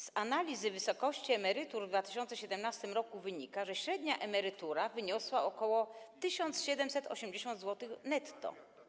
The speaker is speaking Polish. Z analizy wysokości emerytur w 2017 r. wynika, że średnia emerytura wyniosła ok. 1780 zł netto.